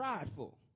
prideful